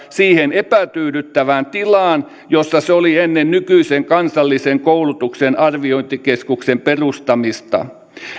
siihen epätyydyttävään tilaan jossa se oli ennen nykyisen kansallisen koulutuksen arviointikeskuksen perustamista